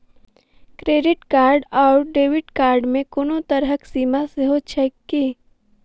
Credit card आओर debit card मे कोनो तरहक सीमा सेहो छैक की?